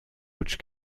which